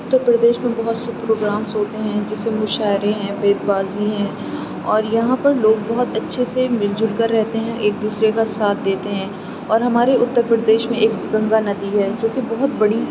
اتر پردیش میں بہت سے پروگرامس ہوتے ہیں جیسے مشاعرے ہیں بیت بازی ہیں اور یہاں پر لوگ بہت اچھے سے مل جل کر رہتے ہیں ایک دوسرے کا ساتھ دیتے ہیں اور ہمارے اتر پردیش میں ایک گنگا ندی ہے جو کہ بہت بڑی